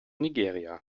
nigeria